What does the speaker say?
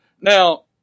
Now